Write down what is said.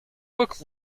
book